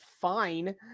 fine